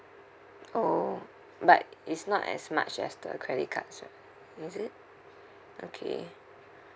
oh but it's not as much as the credit cards right is it okay